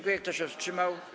Kto się wstrzymał?